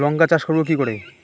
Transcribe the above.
লঙ্কা চাষ করব কি করে?